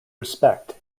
respect